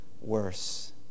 worse